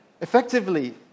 effectively